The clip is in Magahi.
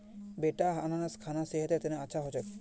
बेटा अनन्नास खाना सेहतेर तने अच्छा हो छेक